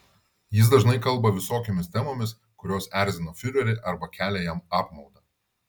jis dažnai kalba visokiomis temomis kurios erzina fiurerį arba kelia jam apmaudą